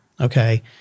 okay